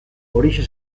horixe